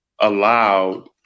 allowed